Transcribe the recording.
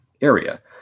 area